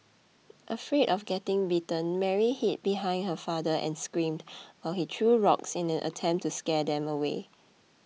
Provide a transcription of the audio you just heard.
afraid of getting bitten Mary hid behind her father and screamed while he threw rocks in an attempt to scare them away